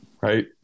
right